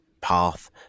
path